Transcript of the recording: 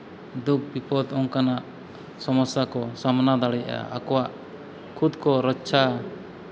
ᱫᱩᱠᱷ ᱵᱤᱯᱚᱫ ᱚᱱᱠᱟᱱᱟᱜ ᱥᱚᱢᱚᱥᱥᱟ ᱠᱚ ᱥᱟᱢᱱᱟ ᱫᱟᱲᱮᱭᱟᱜᱼᱟ ᱟᱠᱚᱣᱟᱜ ᱠᱷᱩᱫ ᱠᱚ ᱨᱚᱪᱪᱷᱟ